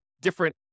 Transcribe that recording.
different